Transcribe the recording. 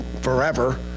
forever